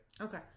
okay